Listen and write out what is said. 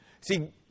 See